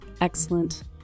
excellent